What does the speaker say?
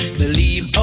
believe